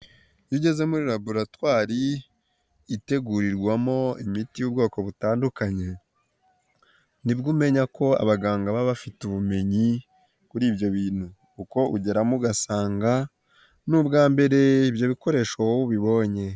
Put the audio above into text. Iyo ugeze muri laboratwari itegurirwamo imiti y'ubwoko butandukanye, nibwo umenya ko abaganga baba bafite ubumenyi kuri ibyo bintu. Kuko ugeramo ugasanga ni ubwa mbere ibyo bikoresho wowe ubibonye.